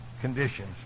conditions